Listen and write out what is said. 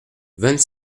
vingt